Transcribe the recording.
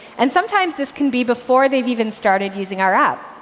and sometimes this can be before they've even started using our app.